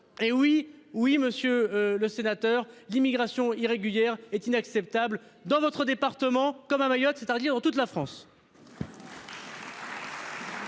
Et oui, oui, monsieur le sénateur, l'immigration irrégulière est inacceptable dans notre département comme à Mayotte, c'est-à-dire dans toute la France.